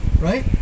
right